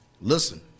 Listen